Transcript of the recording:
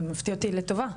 מפתיע אותי לטובה,